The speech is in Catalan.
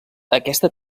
aquesta